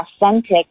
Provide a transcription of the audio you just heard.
authentic